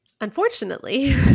Unfortunately